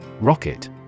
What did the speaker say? rocket